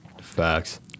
Facts